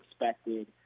expected